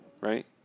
Right